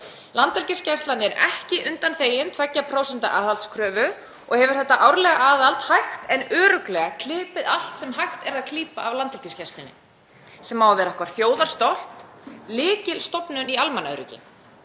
Landhelgisgæslan er ekki undanþegin 2% aðhaldskröfu og hefur þetta árlega aðhald hægt en örugglega klipið allt sem hægt er að klípa af Landhelgisgæslunni, sem á að vera okkar þjóðarstolt, lykilstofnun í almannaöryggi.